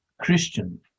Christian